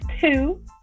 two